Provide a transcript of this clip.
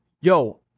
yo